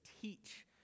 teach